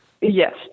Yes